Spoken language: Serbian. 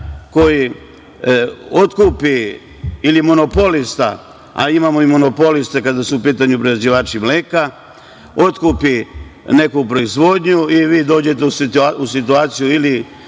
koji otkupi ili monopolista, a imamo i monopoliste kada su u pitanju prerađivači mleka, otkupi neku proizvodnju i vi dođete u situaciju ili